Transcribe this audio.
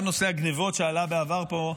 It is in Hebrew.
גם נושא הגנבות, שעלה בעבר פה,